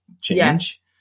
change